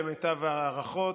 למיטב ההערכות,